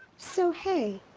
so hey,